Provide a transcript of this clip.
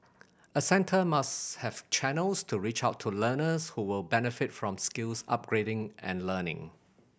a centre must have channels to reach out to learners who will benefit from skills upgrading and learning